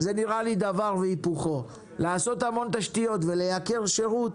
זה נראה לי דבר והיפוכו לעשות המון תשתיות ולייקר שירות,